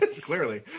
Clearly